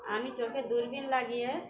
আমি চোখে দূরবীন লাগিয়ে